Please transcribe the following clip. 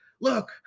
look